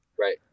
Right